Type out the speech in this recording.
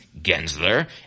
Gensler